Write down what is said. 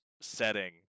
setting